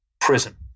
prison